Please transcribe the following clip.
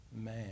man